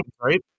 right